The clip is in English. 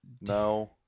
No